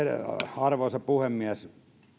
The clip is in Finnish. arvoisa puhemies